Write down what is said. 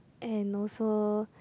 and also